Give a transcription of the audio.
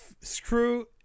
screw